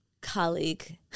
colleague